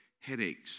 headaches